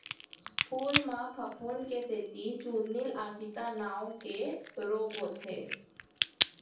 फूल म फफूंद के सेती चूर्निल आसिता नांव के रोग होथे